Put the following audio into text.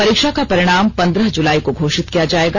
परीक्षा का परिणाम पंद्रह जुलाई को घोषित किया जाएगा